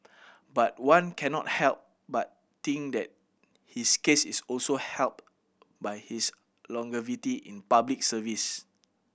but one cannot help but think that his case is also helped by his longevity in Public Service